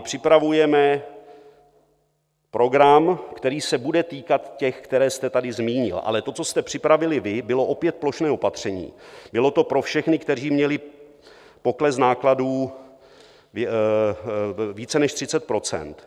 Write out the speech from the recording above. Připravujeme program, který se bude týkat těch, které jste tady zmínil, ale to, co jste připravili vy, bylo opět plošné opatření, bylo to pro všechny, kteří měli pokles nákladů více než 30 %.